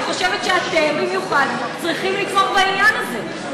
אני חושבת שאתם במיוחד צריכים לתמוך בעניין הזה.